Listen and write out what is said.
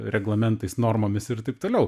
reglamentais normomis ir taip toliau